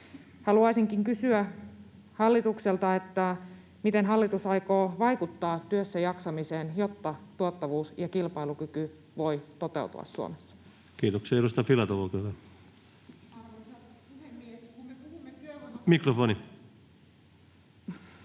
Haluaisinkin kysyä hallitukselta: miten hallitus aikoo vaikuttaa työssäjaksamiseen, jotta tuottavuus ja kilpailukyky voivat toteutua Suomessa? [Speech 85] Speaker: Ensimmäinen